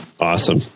Awesome